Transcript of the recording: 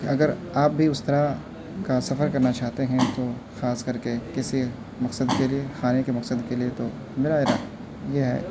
اگر آپ بھی اس طرح کا سفر کرنا چاہتے ہیں تو خاص کر کے کسی مقصد کے لیے خانے کے مقصد کے لیے تو میرا یہ ہے